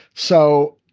so,